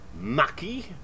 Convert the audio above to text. Mucky